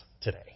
today